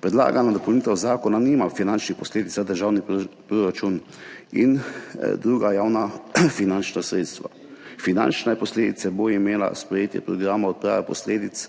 Predlagana dopolnitev zakona nima finančnih posledic za državni proračun in druga javna finančna sredstva. Finančne posledice bo imelo sprejetje programa odprave posledic